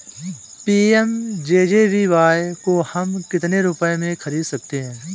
PMJJBY को हम कितने रुपयों में खरीद सकते हैं?